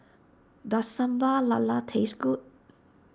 does Sambal Lala taste good